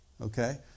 Okay